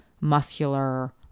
muscular